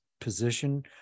position